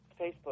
Facebook